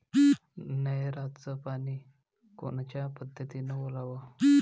नयराचं पानी कोनच्या पद्धतीनं ओलाव?